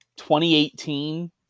2018